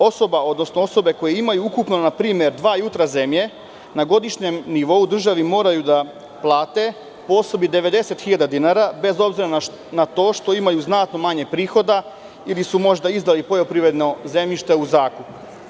Osoba, odnosno osobe koje imaju, na primer, dva jutra zemlje, na godišnjem nivou državi moraju da plate po osobi 90.000 dinara, bez obzira na to što imaju znatno manje prihode ili su možda izdali poljoprivredno zemljište u zakup.